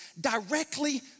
directly